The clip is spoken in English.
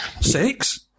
Six